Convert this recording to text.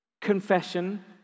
confession